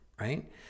right